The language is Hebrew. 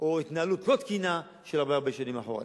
או התנהלות לא תקינה של שנים אחורנית.